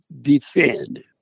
defend